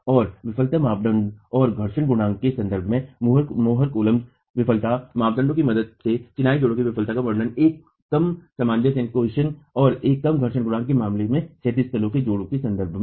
और विफलता मापदंड और घर्षण गुणांक के संदर्भ में मोहर कुलंब्स विफलता मानदंड की मदद से चिनाई जोड़ की विफलता का वर्णन एक कम सामंजस्य और एक कम घर्षण गुणांक के मामले में क्षैतिज तल के जोड़ों के संदर्भ में